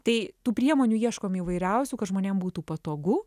tai tų priemonių ieškom įvairiausių kad žmonėm būtų patogu